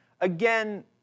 Again